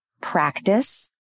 practice